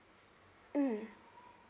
mm